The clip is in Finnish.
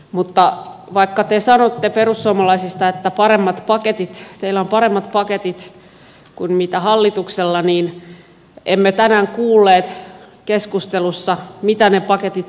mutta vaikka te sanotte perussuomalaisista että teillä on paremmat paketit kuin hallituksella niin emme tänään kuulleet keskustelussa mitä ne paketit sisältävät